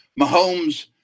Mahomes